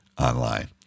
online